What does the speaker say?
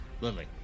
Lily